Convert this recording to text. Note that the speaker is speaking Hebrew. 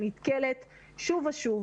שנתקלת שוב ושוב